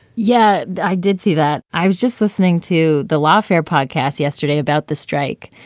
yeah, i did see that. i was just listening to the lawfare podcast yesterday about the strike.